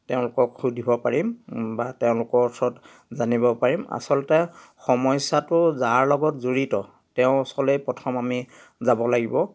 তেওঁলোকক সুধিব পাৰিম বা তেওঁলোকৰ ওচৰত জানিব পাৰিম আচলতে সমস্যাটো যাৰ লগত জড়িত তেওঁৰ ওচৰলৈ প্ৰথম আমি যাব লাগিব